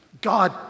God